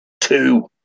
two